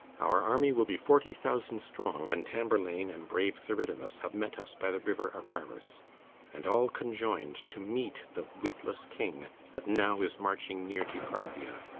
our army will be forty thousand strong, when tamburlaine and brave theridamas have met us by the river araris and all conjoin'd to meet the witless king, that now is marching near to parthia,